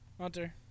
Hunter